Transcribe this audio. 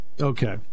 Okay